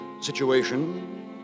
situation